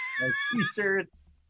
t-shirts